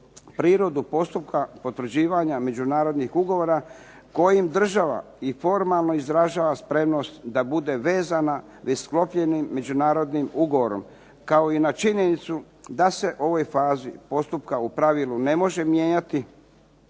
prirodu postupka potvrđivanja međunarodnih ugovora kojim država i formalno izražava spremnost da bude vezana već sklopljenim Međunarodnim ugovorom kao i na činjenicu da se u ovoj fazi postupka u pravilu ne može mijenjati